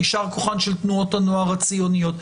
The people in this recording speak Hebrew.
יישר כוחן של תנועות הנוער הציוניות.